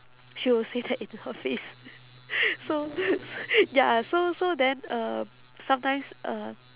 she will say that into her face so so ya so so then um sometimes uh